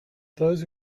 those